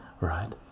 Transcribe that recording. right